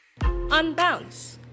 Unbounce